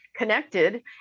connected